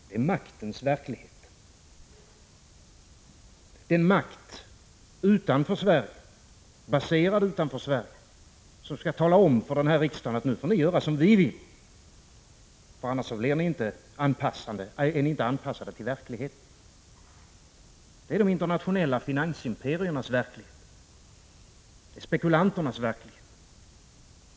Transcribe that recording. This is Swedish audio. Det är maktens verklighet, den makt baserad utanför Sverige som skall tala om för den här riksdagen: Nu får ni göra som vi vill, annars är ni inte anpassade till verkligheten. Det är de internationella finansimperiernas verklighet, spekulanternas verklighet.